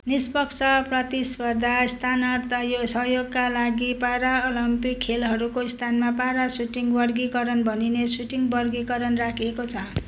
निष्पक्ष प्रतिस्पर्धा स्थानार्थ सहयोगका लागि पाराओलम्पिक खेलहरूको स्थानमा पारा सुटिङ वर्गीकरण भनिने सुटिङ वर्गीकरण राखिएको छ